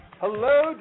Hello